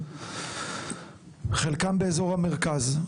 חלקם באזור המרכז,